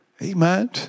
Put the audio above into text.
Amen